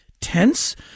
Tense